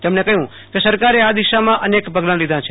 તેમણે કહ્યું કે સરકારે આ દિશામાં અનેક પગલા લીધા છે